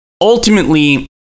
Ultimately